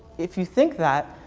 if you think that.